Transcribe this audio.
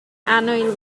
annwyl